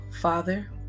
Father